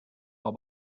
all